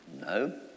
No